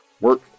Work